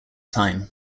time